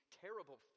terrible